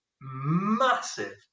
massive